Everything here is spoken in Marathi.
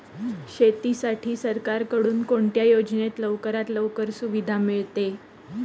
शेतीसाठी सरकारकडून कोणत्या योजनेत लवकरात लवकर सुविधा मिळते?